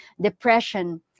depression